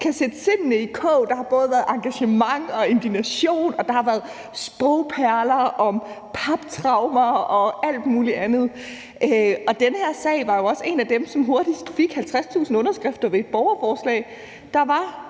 sindene i kog. Der har både været engagement og indignation, og der har været sprogperler om paptraumer og alt muligt andet. Den her sag var jo også en af dem, som hurtigst fik 50.000 underskrifter ved et borgerforslag. Der var